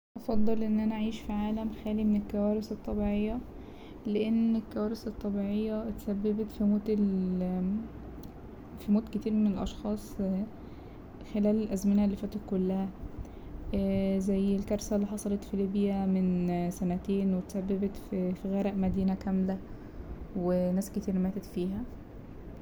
هفضل ان انا اعيش في عالم خالي من الكوارث الطبيعية لأن الكوارث الطبيعية اتسببت في موت كتير من الأشخاص خلال الازمنة اللي فاتت كلها زي الكارثة اللي حصلت في ليبيا من سنتين واتسببت ف- في غرق مدينة كاملة وناس كتير ماتت فيها.